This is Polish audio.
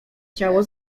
ciało